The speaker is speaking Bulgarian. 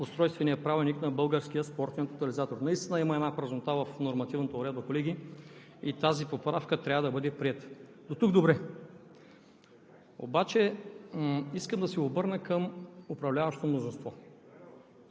в периода 2005 – 2008 г. са получавали премия по Устройствения правилник на Българския спортен тотализатор. Наистина има празнота в нормативната уредба, колеги, и тази поправка трябва да бъде приета. Дотук – добре.